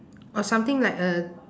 or something like a